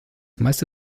meiste